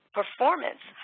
performance